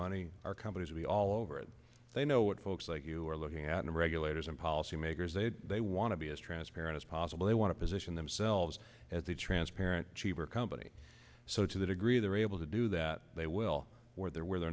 money our companies would be all over it they know what folks like you are looking at and regulators and policy makers they they want to be as transparent as possible they want to position themselves as a transparent cheaper company so to the degree they're able to do that they will where there where they're